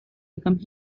become